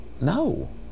no